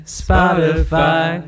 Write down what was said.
spotify